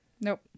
Nope